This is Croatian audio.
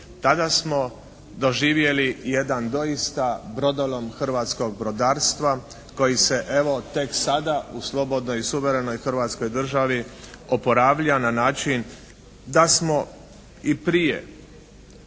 tada smo doživjeli jedan doista brodolom hrvatskog brodarstva koji se evo tek sada u slobodnoj i suverenoj Hrvatskoj državi oporavlja na način da smo i prije